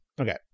Okay